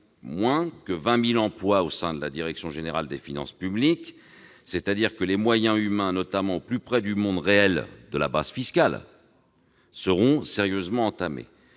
supprimer 20 000 emplois au sein de la direction générale des finances publiques ? Les moyens humains, notamment au plus près du monde réel de la base fiscale, seront sérieusement entamés.